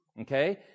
Okay